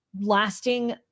lasting